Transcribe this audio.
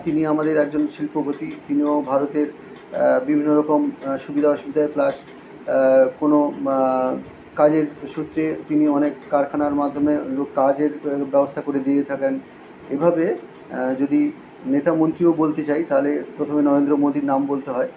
তিনি আমাদের একজন শিল্পপতি তিনিও ভারতের বিভিন্ন রকম সুবিধা অসুবিধায় প্লাস কোনও কাজের সূত্রে তিনি অনেক কারখানার মাধ্যমে কাজের বা ব্যবস্থা করে দিয়ে থাকেন এভাবে যদি নেতা মন্ত্রীও বলতে চাই তাহলে প্রথমে নরেন্দ্র মোদীর নাম বলতে হয়